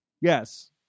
Yes